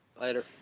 Later